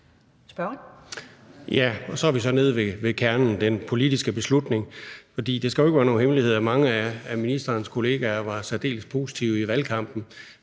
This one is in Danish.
(V): Så er vi så inde ved kernen af den politiske beslutning, for det skal ikke være nogen hemmelighed, at mange af ministerens kollegaer var særdeles positive i valgkampen,